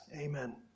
Amen